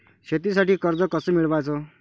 शेतीसाठी कर्ज कस मिळवाच?